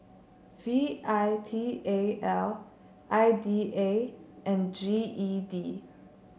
V I T A L I D A and G E D